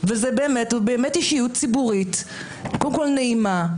והוא באמת אישיות ציבורית קודם כול נעימה,